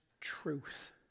truth